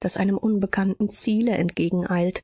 das einem unbekannten ziele entgegeneilt